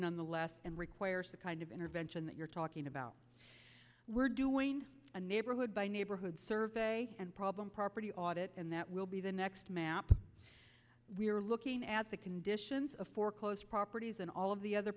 nonetheless and requires the kind of intervention that you're talking about we're doing a neighborhood by neighborhood survey and problem property audit and that will be the next map we're looking at the conditions of foreclosed properties and all of the other